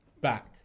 back